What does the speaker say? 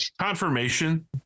confirmation